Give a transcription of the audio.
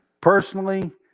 Personally